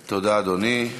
תודה, אדוני.